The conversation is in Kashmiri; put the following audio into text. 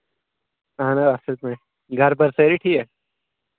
اَہن حظ اَصٕل پٲٹھۍ گرٕ بارٕ سٲری ٹھیٖک